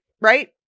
right